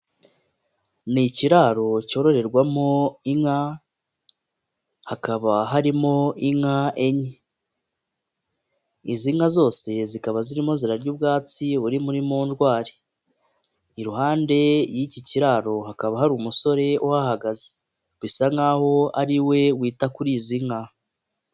Ni ikiraro cyororerwamo inka hakaba harimo inka enye, izi nka z ose zikaba zirimo zirarya ubwatsi buri muri monjwari, iruhande y'iki kiraro hakaba hari umusore uhahagaze bisa nk'aho ari we wita kuri izi nka.